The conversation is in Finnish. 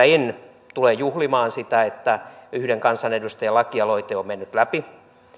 en tule juhlimaan sitä että yhden kansanedustajan lakialoite on mennyt läpi